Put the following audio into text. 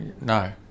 No